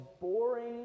boring